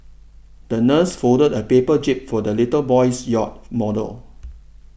the nurse folded a paper jib for the little boy's yacht model